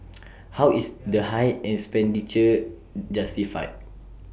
how is the high expenditure justified